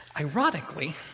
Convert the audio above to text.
ironically